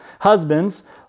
Husbands